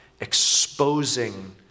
exposing